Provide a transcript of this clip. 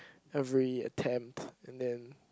every attempt and then